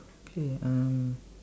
okay uh